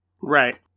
Right